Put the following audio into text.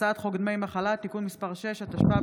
הצעת חוק דמי מחלה (תיקון מס' 6), התשפ"ב